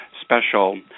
special